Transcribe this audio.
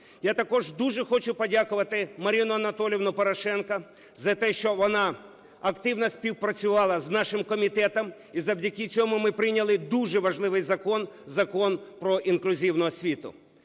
Я також дуже хочу подякувати Марині Анатоліївні Порошенко за те, що вона активно співпрацювала з нашим комітетом, і завдяки цьому ми прийняли дуже важливий закон – Закон про інклюзивну освіту.